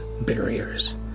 barriers